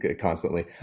constantly